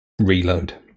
reload